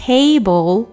Table